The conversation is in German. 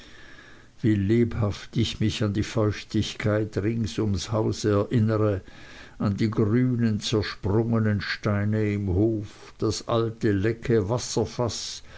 wie lebhaft ich mich an die feuchtigkeit rings um das haus erinnere an die grünen zersprungnen steine im hof das alte lecke wasserfaß